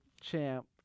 champ